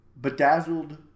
bedazzled